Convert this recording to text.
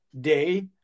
day